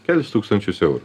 kelis tūkstančius eurų